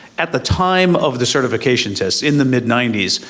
at the time of the certification test, in the mid ninety s,